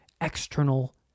external